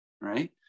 right